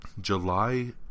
July